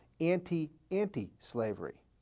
anti-anti-slavery